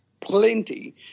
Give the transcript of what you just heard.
plenty